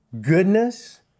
goodness